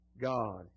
God